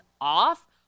off